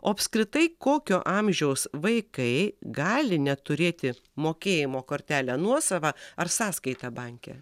o apskritai kokio amžiaus vaikai gali neturėti mokėjimo kortelę nuosavą ar sąskaitą banke